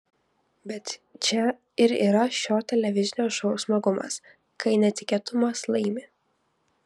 bet čia ir yra šio televizinio šou smagumas kai netikėtumas laimi